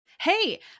Hey